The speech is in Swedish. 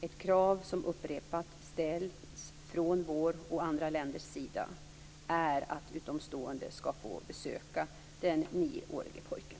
Ett krav som upprepat ställs från vår och andra länders sida är att utomstående skall få besöka den 9-årige pojken.